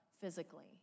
physically